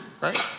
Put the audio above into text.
right